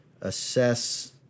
assess